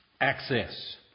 Access